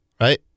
right